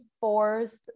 forced